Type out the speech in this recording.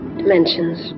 dimensions